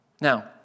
Now